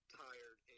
tired